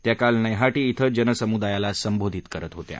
त्या काल नद्यांटी क्वें जनसमुदायाला संबोधीत करत होत्या